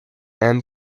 and